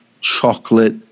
chocolate